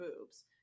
boobs